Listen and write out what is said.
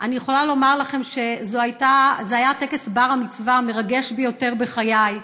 אני יכולה לומר לכם שזה היה טקס בר-המצווה המרגש ביותר בחיי.